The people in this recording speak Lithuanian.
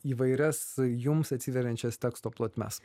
įvairias jums atsiveriančias teksto plotmes